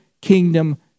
kingdom